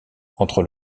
entre